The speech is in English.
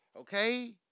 Okay